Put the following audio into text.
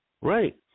Right